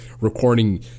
recording